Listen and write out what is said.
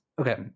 okay